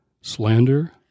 Slander